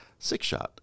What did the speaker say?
Sixshot